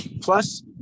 Plus